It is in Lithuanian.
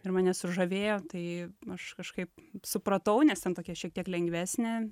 ir mane sužavėjo tai aš kažkaip supratau nes ten tokia šiek tiek lengvesnė